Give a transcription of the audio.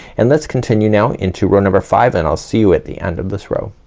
and let's continue now into row number five, and i'll see you at the end of this row.